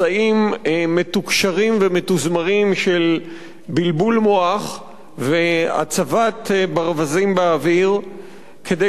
מסעים מתוקשרים ומתוזמרים של בלבול מוח והצבת ברווזים באוויר כדי